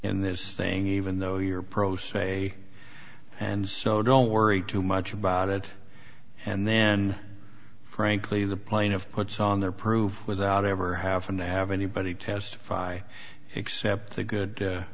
in this thing even though you're pro se and so don't worry too much about it and then frankly the playing of puts on their proof without ever having to have anybody testify except the good